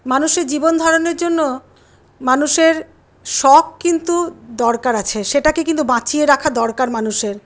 মানুষের জীবনধারণের জন্য মানুষের শখ কিন্তু দরকার আছে সেটাকে কিন্তু বাঁচিয়ে রাখা দরকার মানুষের